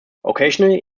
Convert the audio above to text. occasionally